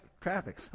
traffic